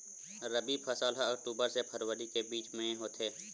रबी फसल हा अक्टूबर से फ़रवरी के बिच में होथे